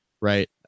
right